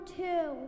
two